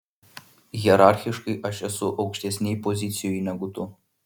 hierarchiškai aš esu aukštesnėj pozicijoj negu tu